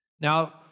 Now